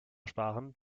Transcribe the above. sparen